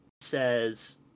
says